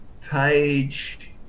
Page